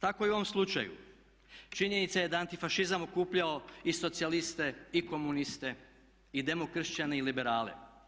Tako i u ovom slučaju činjenica je da je antifašizam okupljao i socijaliste i komuniste i demokršćane i liberale.